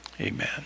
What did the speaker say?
Amen